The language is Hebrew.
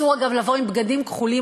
אסור לבוא עם בגדים כחולים,